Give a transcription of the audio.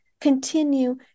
continue